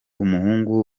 umuhungu